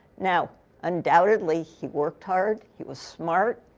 now undoubtedly, he worked hard. he was smart.